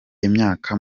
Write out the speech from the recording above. imyaka